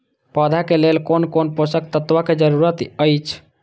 पौधा के लेल कोन कोन पोषक तत्व के जरूरत अइछ?